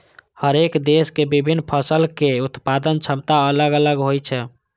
हरेक देशक के विभिन्न फसलक उत्पादन क्षमता अलग अलग होइ छै